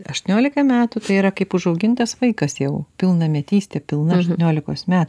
aštuoniolika metų tai yra kaip užaugintas vaikas jau pilnametystė pilna aštuoniolikos met